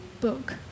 book